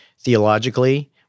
theologically